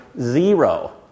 zero